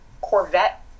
Corvette